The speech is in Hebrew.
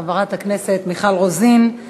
חברת הכנסת מיכל רוזין,